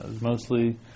mostly